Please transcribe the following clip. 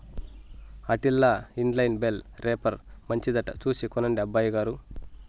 ఆటిల్ల in line bale wrapper మంచిదట చూసి కొనండి అబ్బయిగారు